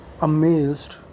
amazed